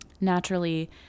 naturally